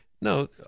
no